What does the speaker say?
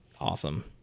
awesome